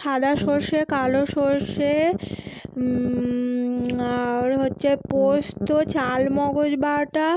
সাদা সরষে কালো সরষে আর হচ্ছে পোস্ত চারমগজ বাটা